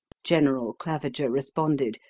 general claviger responded,